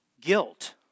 guilt